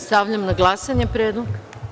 Stavljam na glasanje predlog.